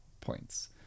points